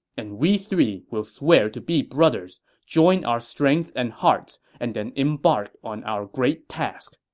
and we three will swear to be brothers, join our strengths and hearts, and then embark on our great task.